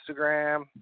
Instagram